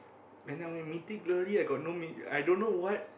and now only Mythic-Glory I got no mi~ I don't know what